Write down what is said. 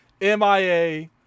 MIA